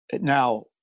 now